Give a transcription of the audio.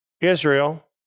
Israel